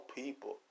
people